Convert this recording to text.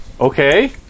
Okay